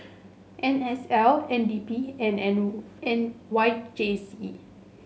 N S L N D P and N N Y J C